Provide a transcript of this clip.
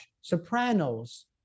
Sopranos